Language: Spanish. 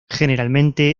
generalmente